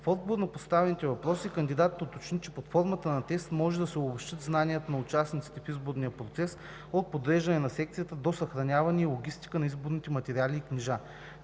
В отговор на поставените въпроси кандидатът уточни, че под формата на тест може да се обобщят знанията на участниците в изборния процес от подреждане на секцията до съхраняване и логистика на изборните материали и книжа.